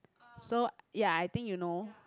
so ya I think you know